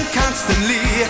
constantly